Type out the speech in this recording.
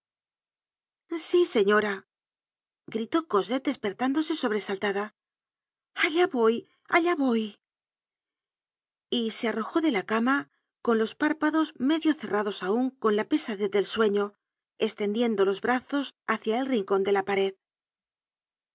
sí señora gritó cosette despertándose sobresaltada allá voy allá voy y se arrojó de la cama con los párpados medio cerrados aun con la pesadez del sueño estendiendo los brazos hácia el rincón de la páred